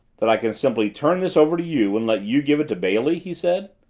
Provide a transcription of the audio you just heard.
that i can simply turn this over to you and let you give it to bailey? he said.